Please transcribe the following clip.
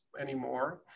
anymore